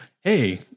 Hey